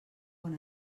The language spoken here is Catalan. quan